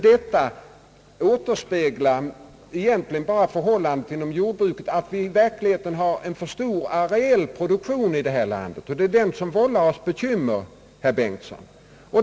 Vi har en för stor vegetabilieproduktion i detta land, och det är den som vållar oss bekymmer, herr Bengtson!